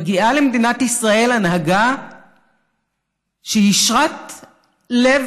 מגיעה למדינת ישראל הנהגה שהיא ישרת לב